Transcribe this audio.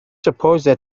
suppose